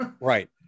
Right